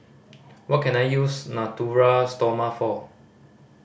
what can I use Natura Stoma for